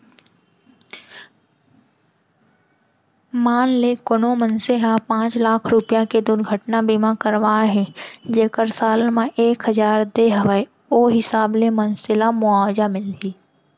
मान ले कोनो मनसे ह पॉंच लाख रूपया के दुरघटना बीमा करवाए हे जेकर साल म एक हजार दे हवय ओ हिसाब ले मनसे ल मुवाजा मिलही